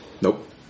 Nope